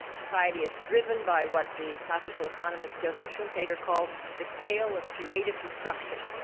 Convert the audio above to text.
society is driven by what the classical economist joseph schumpeter called the gale of creative destruction.